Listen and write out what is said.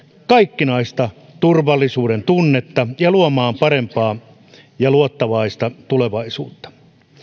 kaikkinaista turvallisuudentunnetta ja luomaan parempaa ja luottavaista tulevaisuutta